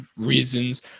reasons